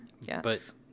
Yes